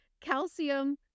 calcium